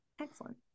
Excellent